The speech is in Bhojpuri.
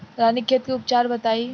रानीखेत के उपचार बताई?